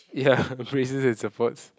ya appraises its supports